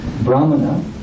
Brahmana